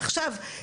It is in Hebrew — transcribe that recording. עכשיו,